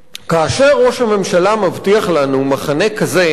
כאשר ראש הממשלה מבטיח לנו מחנה כזה,